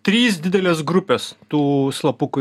trys didelės grupės tų slapukų